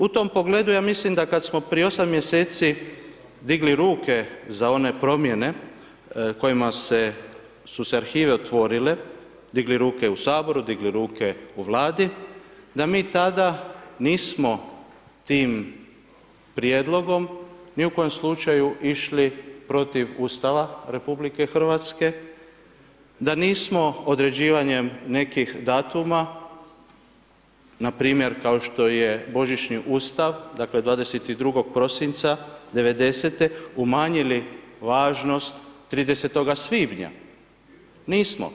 U tom pogledu, ja mislim da kad smo prije 8 mjeseci digli ruke za one promjene, kojima su se arhive otvorile, digli ruke u Saboru, digli ruke u Vladi, da mi tada nismo tim prijedlogom ni u kojem slučaju išli protiv Ustava RH, da nismo protiv određivanja nekih datuma, npr. kao što je božićni ustav, dakle, 22.12.'90. umanjili važnost 30.5. nismo.